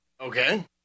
okay